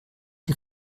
die